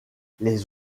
les